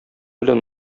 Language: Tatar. белән